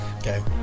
Okay